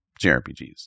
jrpgs